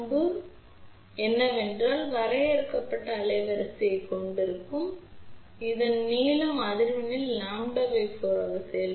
இந்த உள்ளமைவின் வரம்பு என்னவென்றால் இது ஒரு வரையறுக்கப்பட்ட அலைவரிசையை கொண்டிருக்கும் ஏனெனில் இந்த நீளம் சில அதிர்வெண்களில் மட்டுமே  4 ஆக செயல்படும்